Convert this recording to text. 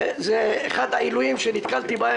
להיות אתכם בקשר בנוגע לעובדים וכל מה שנלווה לעניין הזה.